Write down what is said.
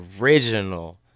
original